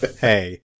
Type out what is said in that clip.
Hey